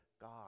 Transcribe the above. God